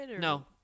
no